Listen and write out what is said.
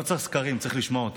לא צריך סקרים, צריך לשמוע אותם.